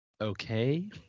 okay